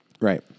Right